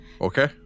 Okay